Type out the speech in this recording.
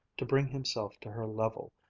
to bring himself to her level,